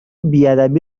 بیادبی